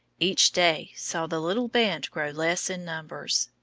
each day saw the little band grow less in numbers.